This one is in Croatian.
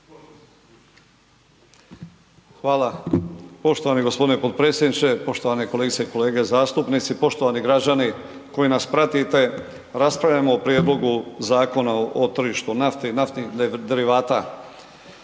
Hvala poštovani g. potpredsjedniče, poštovane kolegice i kolege zastupnici, poštovani građani koji nas pratite. Raspravljamo o prijedlogu Zakona o tržištu nafte i naftnih derivata.